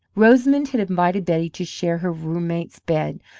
rosamond had invited betty to share her roommate's bed,